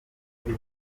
muri